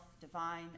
divine